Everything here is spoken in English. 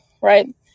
right